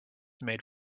made